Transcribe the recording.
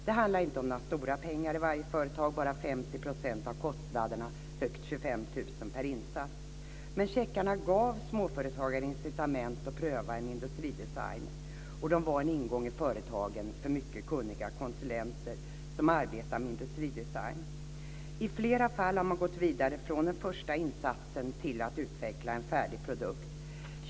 Det handlar inte om några stora pengar i varje företag - bara om 50 % av kostnaderna och högst 25 000 per insats - men checkarna gav småföretagen incitament att pröva en industridesign, och de var en ingång i företagen för mycket kunniga konsulenter som arbetar med industridesign. I flera fall har man gått vidare från den första insatsen till att utveckla en färdig produkt.